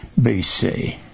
BC